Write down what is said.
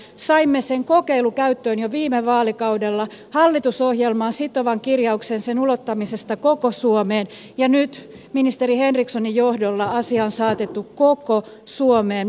saimme sen kokeilukäyttöön jo viime vaalikaudella ja hallitusohjelmaan sitovan kirjauksen sen ulottamisesta koko suomeen ja nyt ministeri henrikssonin johdolla asia on saatettu koko suomeen